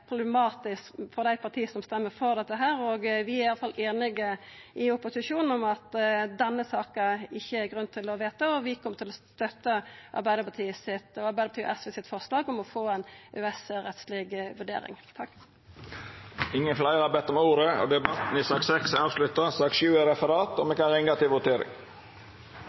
problematisk for dei partia som stemmer for dette, og vi er i alle fall einige i opposisjonen om at det ikkje er grunn til å vedta denne saka. Vi kjem til å støtta forslaget frå Arbeidarpartiet og SV om å få ei EØS-rettsleg vurdering. Fleire har ikkje bedt om ordet til sak nr. 6. Då er me klare til å gå til votering.